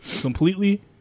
completely